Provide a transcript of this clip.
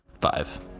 five